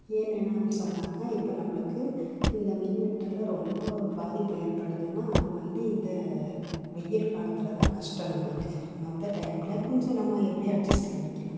ஏன்னெனுனான் சொன்னாக்கால் இப்போ நம்மளுக்கு இந்த மின்வெட்டால் ரொம்ப பாதிப்பு ஏற்படுதுனால் அது வந்து இந்த வெயில் காலத்தில்தான் கஷ்டம் நம்மளுக்கு மற்ற டைமில் கொஞ்சம் நம்ம எப்படியோ அட்ஜஸ்ட் பண்ணிக்கலாம்